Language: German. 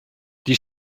die